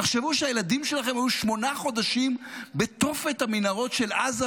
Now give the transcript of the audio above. תחשבו שהילדים שלכם היו שמונה חודשים בתופת המנהרות של עזה,